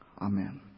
Amen